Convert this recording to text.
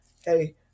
hey